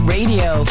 Radio